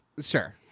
Sure